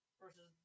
versus